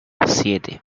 siete